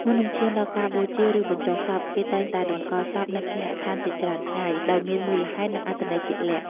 មុននឹងឈានដល់ការបូជា ឬបញ្ចុះសព គេតែងតែតម្កល់សពនៅគេហដ្ឋានជាច្រើនថ្ងៃ ដោយមានមូលហេតុ និងអត្ថន័យជាក់លាក់។